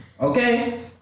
Okay